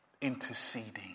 interceding